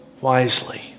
wisely